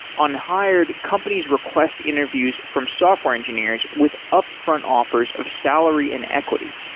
on hired, companies request interviews from software engineers with upfront offers of salary and equity,